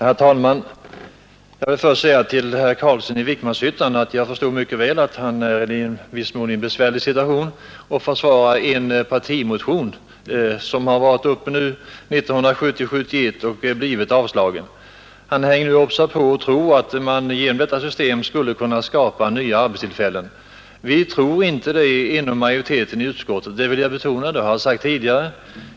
Herr talman! Jag förstår mycket väl att herr Carlsson i Vikmanshyttan befinner sig i en svår situation när han skall försvara en partimotion som varit uppe 1970 och 1971 och blivit avslagen. Han tror att man genom detta system skulle kunna skapa nya arbetstillfällen. Majoriteten i utskottet tror inte det, det vill jag betona.